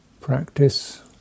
practice